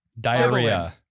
Diarrhea